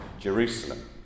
Jerusalem